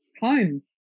home